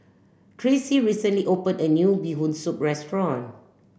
Tracee recently opened a new Bee Hoon Soup Restaurant